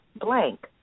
blank